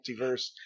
multiverse